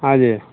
हँ जी